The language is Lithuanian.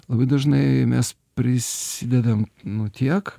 labai dažnai mes prisidedam nu tiek